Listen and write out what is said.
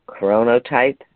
chronotype